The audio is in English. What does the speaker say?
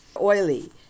Oily